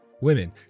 women